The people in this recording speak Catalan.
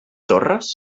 torres